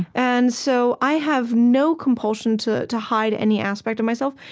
and so i have no compulsion to to hide any aspect of myself,